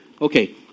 Okay